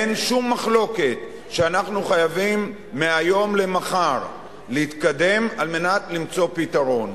אין שום מחלוקת שאנחנו חייבים מהיום למחר להתקדם על מנת למצוא פתרון.